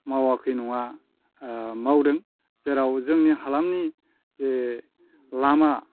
मावाखै नङा मावदों जेराव जोंनि हालामनि जे लामा